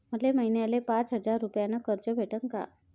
मले महिन्याले पाच हजार रुपयानं कर्ज भेटन का?